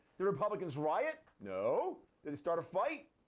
the republicans riot? no. did they start a fight?